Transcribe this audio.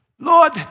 Lord